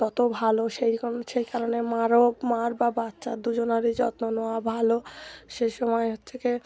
তত ভালো সেইরকম সেই কারণে মারও মার বা বাচ্চার দুজনারই যত্ন নেওয়া ভালো সে সময় হচ্ছে কী